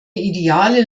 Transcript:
ideale